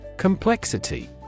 Complexity